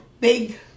big